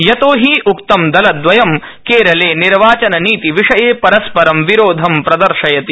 यतोहि उक्तं दलद्वयम्केरले निर्वाचननीति विषये परस्परं विरोधं प्रदर्शयति